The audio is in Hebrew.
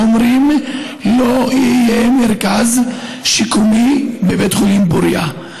אומרים שלא יהיה מרכז שיקומי בבית חולים פוריה.